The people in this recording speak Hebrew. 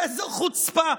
איזו חוצפה.